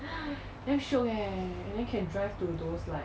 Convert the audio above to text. damn shiok eh and then can drive to those like